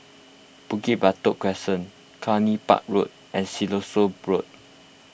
Bukit Batok Crescent Cluny Park Road and Siloso Road